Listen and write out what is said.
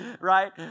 Right